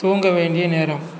தூங்க வேண்டிய நேரம்